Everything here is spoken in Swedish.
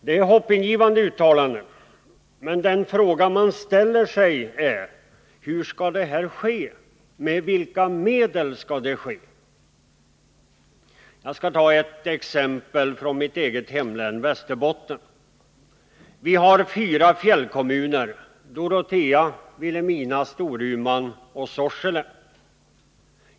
Det är hoppingivande uttalanden, men den fråga man ställer sig är: Hur skall detta ske och med vilka medel? Jag skall ta ett exempel från mitt eget hemlän, Västerbotten. Vi har fyra fjällkommuner: Dorotea, Vilhelmina, Storuman och Sorsele.